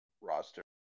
roster